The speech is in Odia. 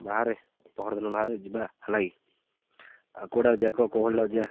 ବାହାରେ ପରଦିନ ବାହାରେ ଯିବା ହେଲାକି କୋଉଟାକୁ ଯିବା କହ କୋଉ ହଲ୍ଟାକୁ ଯିବା